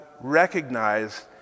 recognized